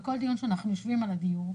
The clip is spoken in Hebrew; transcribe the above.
בכל דיון שאנחנו יושבים על הדיור.